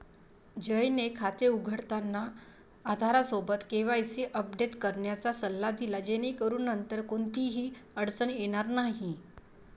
जयने खाते उघडताना आधारसोबत केवायसी अपडेट करण्याचा सल्ला दिला जेणेकरून नंतर कोणतीही अडचण येणार नाही